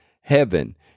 heaven